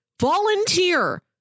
volunteer